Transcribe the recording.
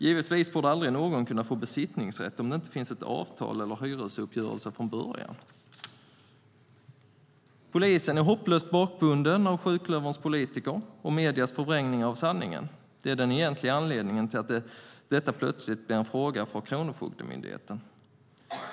Givetvis borde aldrig någon kunna få besittningsrätt om det inte finns ett avtal eller en hyresuppgörelse från början. Polisen är hopplöst bakbunden av sjuklöverns politiker och mediernas förvrängning av sanningen. Det är den egentliga anledningen till att detta plötsligt blir en fråga för Kronofogdemyndigheten.